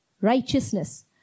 righteousness